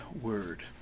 word